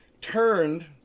turned